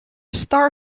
star